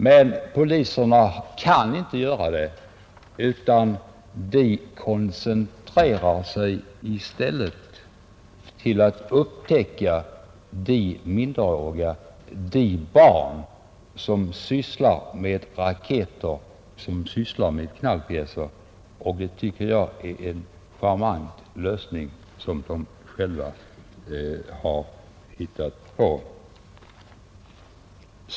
Men poliserna kan inte göra det, utan de koncentrerar sig i stället på att upptäcka de barn som sysslar med knallpjäser, och det tycker jag är en charmant lösning som de själva har hittat på.